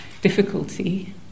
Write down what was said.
difficulty